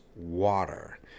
water